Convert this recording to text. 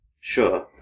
Sure